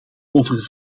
over